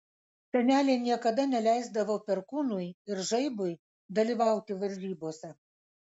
senelė niekada neleisdavo perkūnui ir žaibui dalyvauti varžybose